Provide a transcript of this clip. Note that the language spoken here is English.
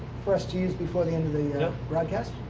for us to use before the end of the broadcast?